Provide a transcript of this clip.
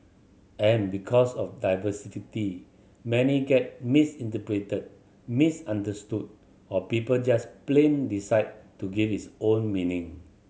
and because of many get misinterpreted misunderstood or people just plain decide to give its own meaning